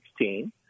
2016